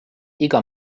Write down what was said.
iga